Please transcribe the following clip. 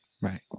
Right